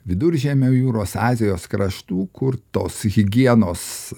viduržemio jūros azijos kraštų kur tos higienos